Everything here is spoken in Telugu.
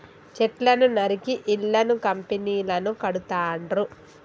చెట్లను నరికి ఇళ్లను కంపెనీలను కడుతాండ్రు